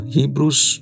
Hebrews